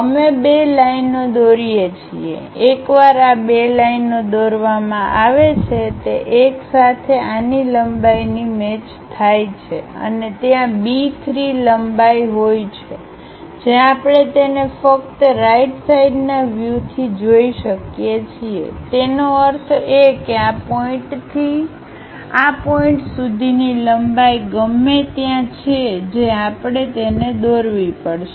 અમે બે લાઈનઓ દોરીએ છીએ એકવાર આ બે લાઈનઓ દોરવામાં આવે છે તે એક સાથે આની લંબાઈની મેચ થાય છે અને ત્યાં B 3 લંબાઈ હોય છે જે આપણે તેને ફક્ત રાઈટ સાઈડના વ્યૂ થી જોઈ શકીએ છીએ તેનો અર્થ એ કે આ પોઇન્ટ થી આ પોઇન્ટ સુધીની લંબાઈ ગમે ત્યાં છે જે આપણે તેને દોરવી પડશે